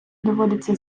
доводиться